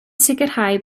sicrhau